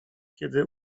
kiedy